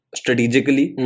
strategically